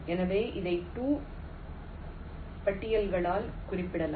எனவே இதை 2 பட்டியல்களால் குறிப்பிடலாம்